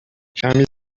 کمی